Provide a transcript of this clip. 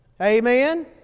Amen